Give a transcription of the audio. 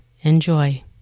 Enjoy